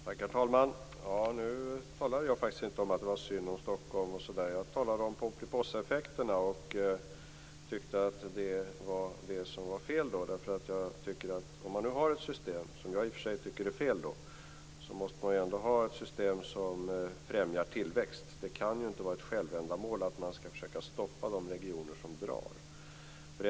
Herr talman! Jag talade faktiskt inte om att det var synd om Stockholm. Jag talade om Pomperipossaeffekten som jag tycker är fel. Man måste ha ett system som främjar tillväxt. Det kan ju inte vara ett självändamål att försöka stoppa de regioner som drar.